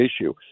issue